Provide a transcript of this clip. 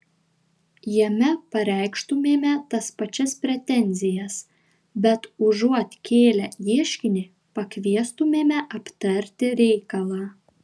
jame pareikštumėme tas pačias pretenzijas bet užuot kėlę ieškinį pakviestumėme aptarti reikalą